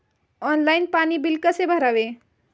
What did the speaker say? Online पाणी bill कसे भरावे?